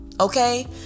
Okay